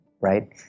right